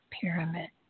pyramid